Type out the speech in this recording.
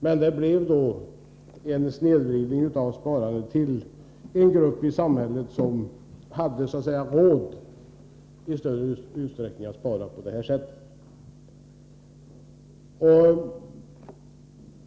Men det blev en snedvridning av sparandet till en grupp i samhället som så att säga hade råd att i större utsträckning spara på det här sättet.